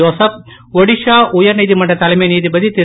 Joseph Odisha உயர் நீதிமன்ற தலைமை நீதிபதி திரு